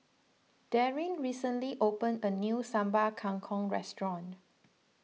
Darryn recently opened a new Sambal Kangkong Restaurant